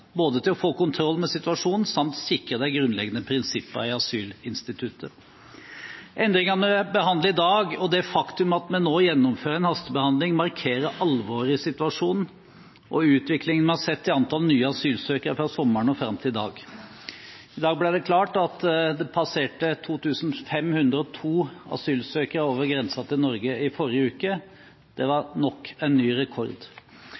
til både å få kontroll med situasjonen og å sikre de grunnleggende prinsippene i asylinstituttet. Endringene vi behandler i dag, og det faktum at vi nå gjennomfører en hastebehandling, markerer alvoret i situasjonen og utviklingen vi har sett i antall nye asylsøkere fra sommeren og fram til i dag. I dag ble det klart at det passerte 2 502 asylsøkere over grensen til Norge i forrige uke. Det var nok en ny rekord.